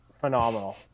phenomenal